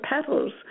petals